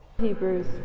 Hebrews